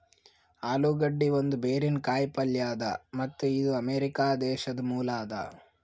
ಆಲೂಗಡ್ಡಿ ಒಂದ್ ಬೇರಿನ ಕಾಯಿ ಪಲ್ಯ ಅದಾ ಮತ್ತ್ ಇದು ಅಮೆರಿಕಾ ದೇಶದ್ ಮೂಲ ಅದಾ